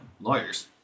Lawyers